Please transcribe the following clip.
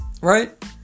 Right